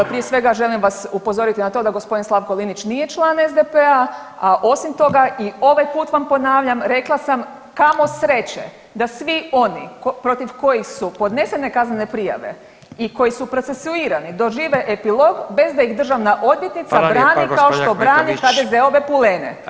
Prije svega želim vas upozoriti na to da g. Slavko Linić nije član SDP-a, a osim toga i ovaj put vam ponavljam rekla sam kamo sreće da svi oni protiv kojih su podnesene kaznene prijave i koji su procesuirani dožive epilog bez da ih državna odvjetnica brani [[Upadica Radin: Hvala lijepa gospođa Ahmetović.]] kao što brani HDZ-ove pulene.